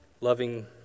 loving